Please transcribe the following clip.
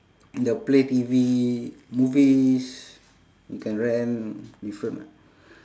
the play T_V movies you can rent different ah